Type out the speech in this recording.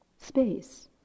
space